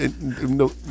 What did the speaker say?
No